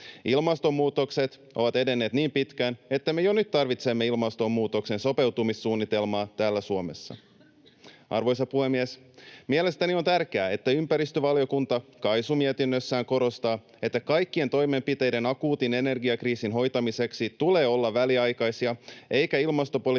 Ilmaston muutokset ovat edenneet niin pitkään, että me jo nyt tarvitsemme ilmastonmuutoksen sopeutumissuunnitelmaa täällä Suomessa. Arvoisa puhemies! Mielestäni on tärkeää, että ympäristövaliokunta KAISU-mietinnössään korostaa, että kaikkien toimenpiteiden akuutin energiakriisin hoitamiseksi tulee olla väliaikaisia eikä ilmastopolitiikan